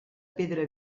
pedra